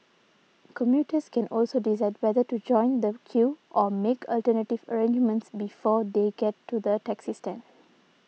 commuters can also decide whether to join the queue or make alternative arrangements before they get to the taxi stand